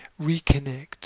reconnect